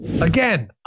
Again